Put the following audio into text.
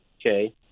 Okay